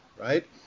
right